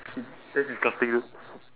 shit that's disgusting